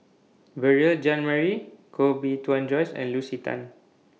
Beurel Jean Marie Koh Bee Tuan Joyce and Lucy Tan